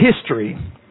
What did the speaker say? history